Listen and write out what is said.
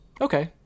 Okay